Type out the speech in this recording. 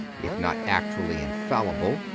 if not actually infallible,